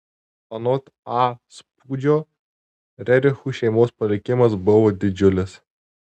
anot a spūdžio rerichų šeimos palikimas buvo didžiulis